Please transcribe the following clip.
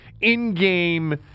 in-game